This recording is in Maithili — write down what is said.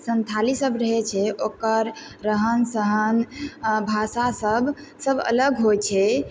सन्थाली सब रहै छै ओकर रहन सहन भाषा सब सब अलग होइ छै